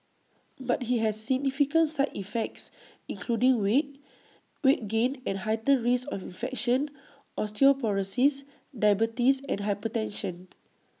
but IT has significant side effects including weight weight gain and A heightened risk of infection osteoporosis diabetes and hypertension